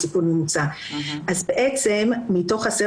כל הנתונים מתייחסים לנשים בסיכון ממוצע.